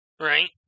Right